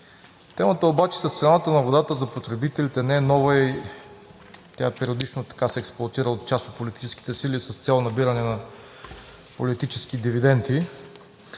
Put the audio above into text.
Темата за цената на водата за потребителите не е нова – тя периодично се експлоатира от част от политическите сили с цел набиране на политически дивиденти,